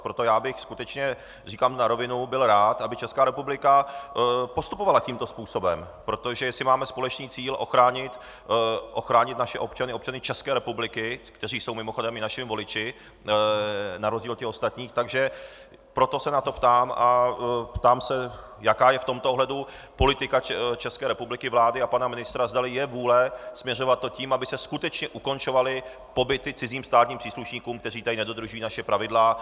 Proto já bych skutečně, říkám na rovinu, byl rád, aby Česká republika postupovala tímto způsobem, protože jestli máme společný cíl ochránit naše občany, občany České republiky, kteří jsou mimochodem i našimi voliči na rozdíl od těch ostatních, tak proto se na to ptám a ptám se, jaká je v tomto ohledu politika České republiky, vlády a pana ministra, zdali je vůle směřovat to k tomu, aby se skutečně ukončovaly pobyty cizím státním příslušníkům, kteří tady nedodržují naše pravidla.